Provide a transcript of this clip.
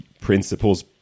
principles